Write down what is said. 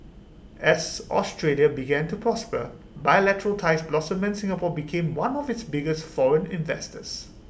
as Australia began to prosper bilateral ties blossomed and Singapore became one of its biggest foreign investors